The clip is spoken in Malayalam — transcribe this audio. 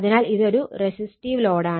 അതിനാൽ അതൊരു റസിസ്റ്റീവ് ലോഡ് ആണ്